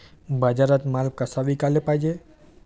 बाजारात माल कसा विकाले पायजे?